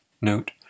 note